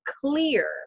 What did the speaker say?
clear